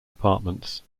departments